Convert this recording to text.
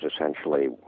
essentially